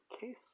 case